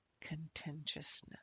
contentiousness